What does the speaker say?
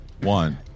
one